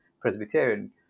Presbyterian